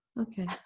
okay